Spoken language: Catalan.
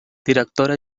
directora